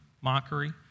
mockery